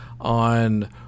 on